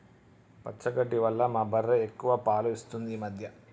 పచ్చగడ్డి వల్ల మా బర్రె ఎక్కువ పాలు ఇస్తుంది ఈ మధ్య